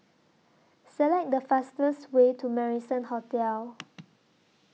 Select The fastest Way to Marrison Hotel